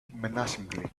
menacingly